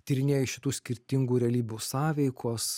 tyrinėjai šitų skirtingų realybių sąveikos